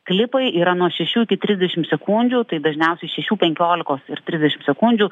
klipai yra nuo šešių iki trisdešim sekundžių tai dažniausiai šešių penkiolikos ir trisdešim sekundžių